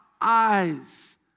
eyes